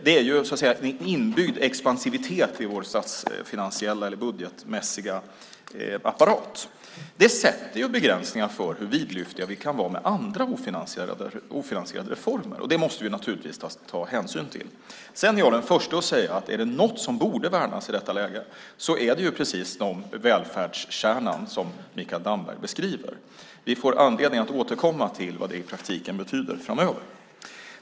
Det finns en så att säga inbyggd expansivitet i vår statsfinansiella eller budgetmässiga apparat. Det sätter begränsningar för hur vidlyftiga vi kan vara med andra ofinansierade reformer, och det måste vi naturligtvis ta hänsyn till. Sedan är jag den förste att säga att är det något som borde värnas i detta läge, så är det precis den välfärdskärna som Mikael Damberg beskriver. Vi får anledning att återkomma till vad det i praktiken betyder framöver.